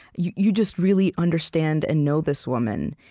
you you just really understand and know this woman.